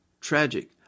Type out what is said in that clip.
tragic